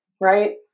right